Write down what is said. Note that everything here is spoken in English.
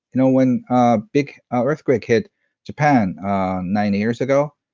you know, when ah big ah earthquake hit japan nine years ago,